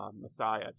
Messiah